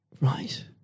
Right